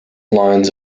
lines